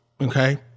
Okay